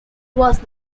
was